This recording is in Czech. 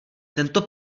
tento